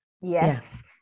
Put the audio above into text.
Yes